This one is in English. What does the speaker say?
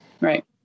Right